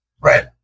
Right